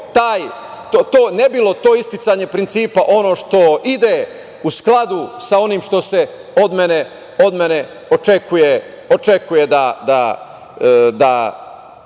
ne bilo to isticanje principa, ono što ide u skladu sa onim što se od mene očekuje da